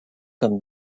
comme